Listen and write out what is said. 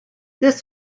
this